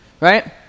right